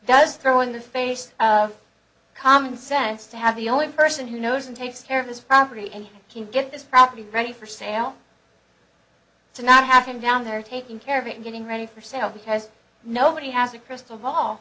does throw in the face of common sense to have the only person who knows and takes care of his property and can get this property ready for sale to not have him down there taking care of it and getting ready for sale because nobody has a crystal ball